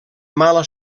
mala